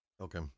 Okay